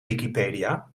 wikipedia